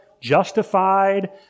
Justified